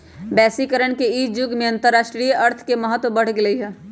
वैश्वीकरण के इ जुग में अंतरराष्ट्रीय अर्थ के महत्व बढ़ गेल हइ